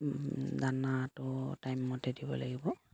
দানাটো টাইম মতে দিব লাগিব